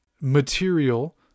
material